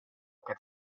åka